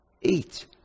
Eat